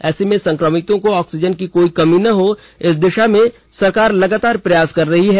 ऐसे में संक्रमितों को ऑक्सीजन की कमी नहीं हो इस दिशा में सरकार लगातार प्रयास कर रही है